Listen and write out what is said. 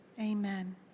amen